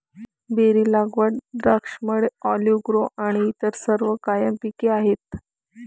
berry लागवड, द्राक्षमळे, olive grove आणि इतर सर्व कायम पिके आहेत